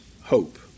hope